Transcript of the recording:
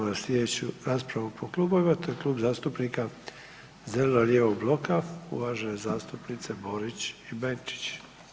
Idemo na sljedeću raspravu po klubovima, to je klub zastupnika Zeleno lijevog bloka uvažene zastupnice Borić i Benčić.